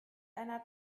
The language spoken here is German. einer